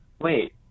wait